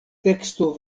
teksto